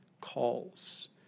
calls